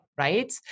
Right